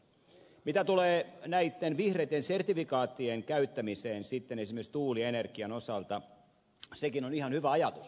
mitä tulee näitten vihreitten sertifikaattien käyttämiseen sitten esimerkiksi tuulienergian osalta sekin on ihan hyvä ajatus